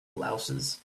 louses